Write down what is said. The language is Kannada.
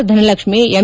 ಧನಲಕ್ಷ್ಮ ಎಂ